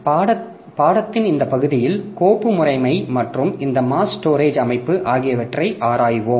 எனவே பாடத்தின் இந்த பகுதியில் கோப்பு முறைமை மற்றும் இந்த மாஸ் ஸ்டோரேஜ் அமைப்பு ஆகியவற்றை ஆராய்வோம்